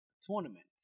tournament